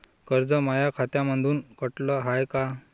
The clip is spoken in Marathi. कर्ज माया खात्यामंधून कटलं हाय का?